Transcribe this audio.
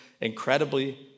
incredibly